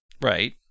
Right